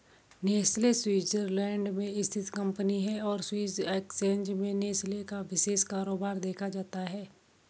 Nestle Switzerland में स्थित company है और स्विस एक्सचेंज में नेस्ले का विशेष कारोबार देखा जाता है